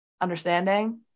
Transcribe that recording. Understanding